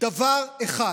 דבר אחד.